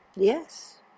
Yes